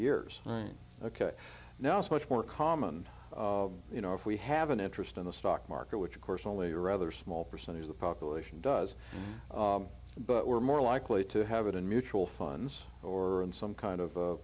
years ok now it's much more common you know if we have an interest in the stock market which of course only a rather small percentage of the population does but we're more likely to have it in mutual funds or in some kind of a